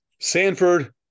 Sanford